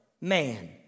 man